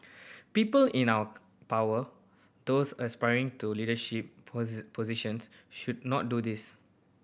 people in our power those aspiring to leadership positions should not do this